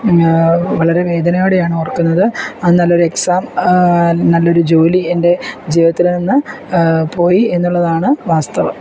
വളരെ വേദനയോടെയാണ് ഓർക്കുന്നത് ആ നല്ലൊരു എക്സാം നല്ലൊരു ജോലി എൻ്റെ ജീവിതത്തിൽ നിന്ന് പോയി എന്നുള്ളതാണ് വാസ്തവം